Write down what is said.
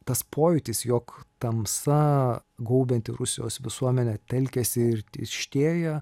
tas pojūtis jog tamsa gaubianti rusijos visuomenę telkiasi ir tirštėja